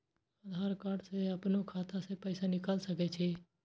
आधार कार्ड से अपनो खाता से पैसा निकाल सके छी?